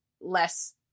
less